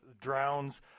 Drowns